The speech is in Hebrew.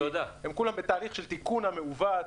הן כולן בתהליך של תיקון המעוות,